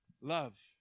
love